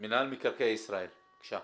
מנהל מקרקעי ישראל, בבקשה.